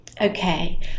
okay